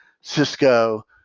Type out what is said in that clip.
Cisco